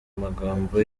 magambo